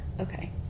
okay